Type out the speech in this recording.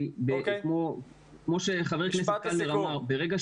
כמו שחבר הכנסת קלנר אמר, ברגע